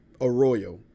Arroyo